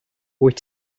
wyt